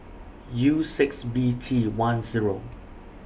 U six B T one Zero